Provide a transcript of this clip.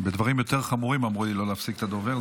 בדברים יותר חמורים אמרו לי לא להפסיק את הדובר,